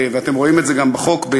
ואתם רואים את זה גם בחוק,